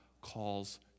calls